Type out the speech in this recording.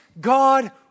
God